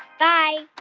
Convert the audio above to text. bye